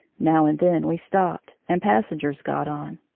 now and then we stopped, and passengers got on.